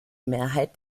mehrheit